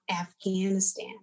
Afghanistan